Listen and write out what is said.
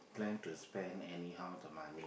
plan to spend anyhow the money